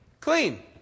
clean